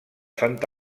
sant